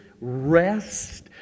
rest